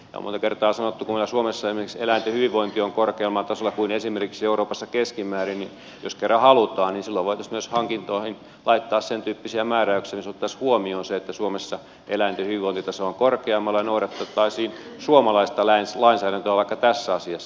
on monta kertaa sanottu kuinka suomessa esimerkiksi eläinten hyvinvointi on korkeammalla tasolla kuin esimerkiksi euroopassa keskimäärin niin että jos kerran halutaan niin silloinhan voitaisiin myös hankintoihin laittaa sentyyppisiä määräyksiä joissa otettaisiin huomioon se että suomessa eläinten hyvinvointitaso on korkeammalla ja noudatettaisiin suomalaista lainsäädäntöä vaikka tässä asiassa